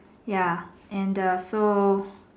ya and err so